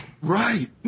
Right